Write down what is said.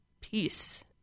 peace